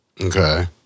Okay